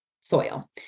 soil